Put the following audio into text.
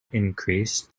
increase